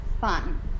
fun